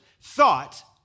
thought